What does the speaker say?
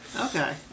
Okay